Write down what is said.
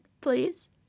Please